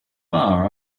bar